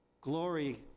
glory